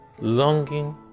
longing